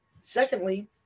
Secondly